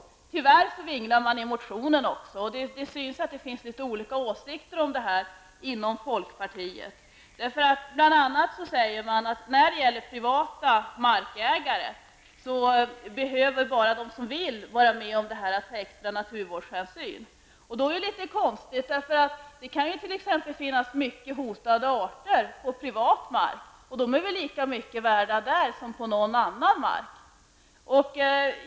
Men tyvärr vinglar man i motionen också, och det märks att det finns olika åsikter i den här frågan inom folkpartiet. Man säger bl.a. att bara de privata markägare som så vill behöver ta extra naturvårdshänsyn. Det är litet konstigt, eftersom det ju på privat mark kan finnas arter som är allvarligt hotade, och dessa arter är väl lika mycket värda på privat mark som på annan mark.